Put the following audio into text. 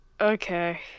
Okay